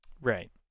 Right